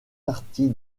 partie